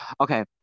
Okay